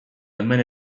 hemen